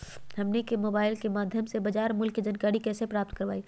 हमनी के मोबाइल के माध्यम से बाजार मूल्य के जानकारी कैसे प्राप्त करवाई?